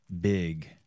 big